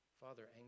Father